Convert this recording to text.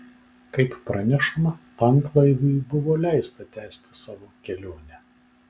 kaip pranešama tanklaiviui buvo leista tęsti savo kelionę